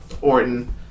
Orton